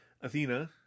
Athena